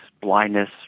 blindness